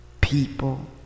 people